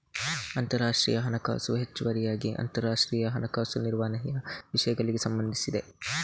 ಅಂತರರಾಷ್ಟ್ರೀಯ ಹಣಕಾಸು ಹೆಚ್ಚುವರಿಯಾಗಿ ಅಂತರರಾಷ್ಟ್ರೀಯ ಹಣಕಾಸು ನಿರ್ವಹಣೆಯ ವಿಷಯಗಳಿಗೆ ಸಂಬಂಧಿಸಿದೆ